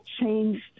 changed